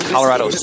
Colorado